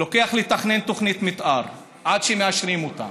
לוקח לתכנן תוכנית מתאר עד שמאשרים אותה.